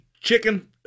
chicken